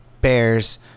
bears